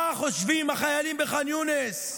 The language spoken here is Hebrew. מה חושבים החיילים בח'אן יונס?